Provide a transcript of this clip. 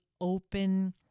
open